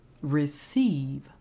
receive